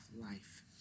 life